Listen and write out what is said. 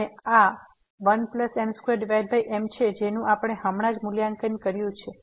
અને આ 1m2m છે જેનું આપણે હમણાં જ મૂલ્યાંકન કર્યું છે